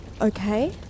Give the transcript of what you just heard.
okay